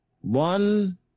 one